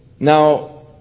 Now